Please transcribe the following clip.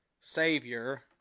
Savior